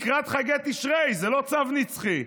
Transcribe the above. לקראת חגי תשרי, זה לא צו נצחי.